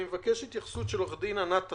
אני מבקש התייחסות של עורכת דין ענת אסיף,